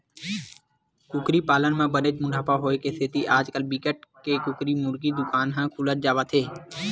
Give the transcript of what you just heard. कुकरी पालन म बनेच मुनाफा होए के सेती आजकाल बिकट के कुकरी मुरगी दुकान ह खुलत जावत हे